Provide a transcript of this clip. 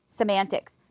Semantics